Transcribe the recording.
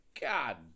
God